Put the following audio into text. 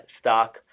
stock